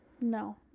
No